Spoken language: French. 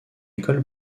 école